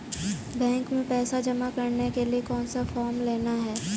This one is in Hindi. बैंक में पैसा जमा करने के लिए कौन सा फॉर्म लेना है?